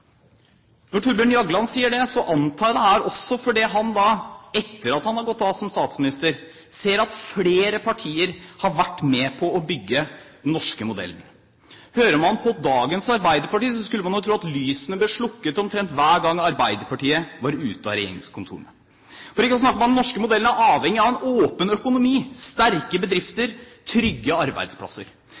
Når Thorbjørn Jagland sier det, antar jeg det også er fordi han, etter at han har gått av som statsminister, ser at flere partier har vært med på å bygge den norske modellen. Hører man på dagens arbeiderparti, skulle man tro at lysene ble slukket omtrent hver gang Arbeiderpartiet var ute av regjeringskontorene. For ikke å snakke om at den norske modellen er avhengig av en åpen økonomi, sterke bedrifter, trygge arbeidsplasser.